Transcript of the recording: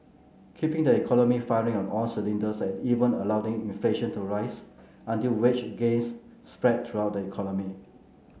keeping the economy firing on all cylinders and even allowing inflation to rise until wage gains spread throughout the economy